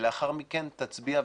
ולאחר מכן תצביע ותכריע.